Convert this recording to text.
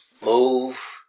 move